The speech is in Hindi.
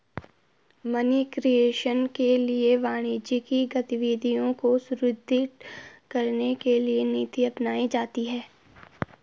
मनी क्रिएशन के लिए वाणिज्यिक गतिविधियों को सुदृढ़ करने की नीति अपनाई जाती है